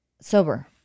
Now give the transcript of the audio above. sober